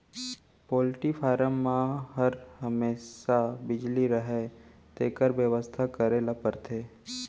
poultry farm म हर हमेसा बिजली रहय तेकर बेवस्था करे ल परथे